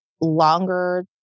longer